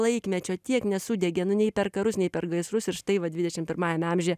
laikmečio tiek nesudegė nu nei per karus nei per gaisrus ir štai va dvidešim pirmajame amžiuje